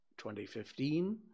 2015